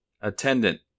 Attendant